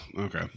okay